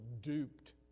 duped